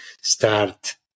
start